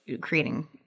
creating